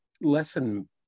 lesson